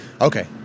okay